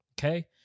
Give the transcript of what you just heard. okay